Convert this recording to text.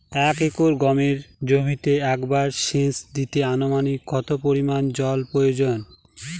এক একর গমের জমিতে একবার শেচ দিতে অনুমানিক কত পরিমান জল প্রয়োজন?